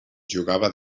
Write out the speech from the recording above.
jugava